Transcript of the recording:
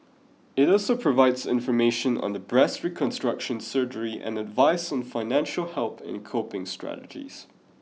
it also provides information on the breast reconstruction surgery and advice on financial help and coping strategies